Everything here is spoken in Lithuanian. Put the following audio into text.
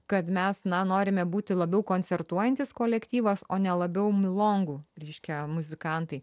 kad mes na norime būti labiau koncertuojantis kolektyvas o ne labiau milongų reiškia muzikantai